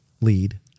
lead